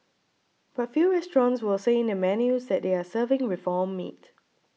but few restaurants will say in their menus that they are serving reformed meat